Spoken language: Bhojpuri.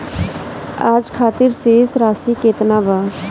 आज खातिर शेष राशि केतना बा?